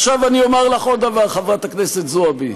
עכשיו, אני אומר לך עוד דבר, חברת הכנסת זועבי: